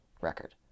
record